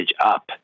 up